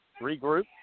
regroup